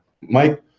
Mike